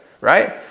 right